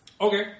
Okay